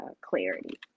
clarity